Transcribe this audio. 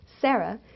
Sarah